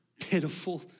pitiful